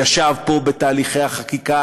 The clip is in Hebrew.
הוא ישב פה בתהליכי החקיקה,